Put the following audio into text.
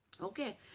Okay